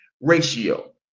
ratio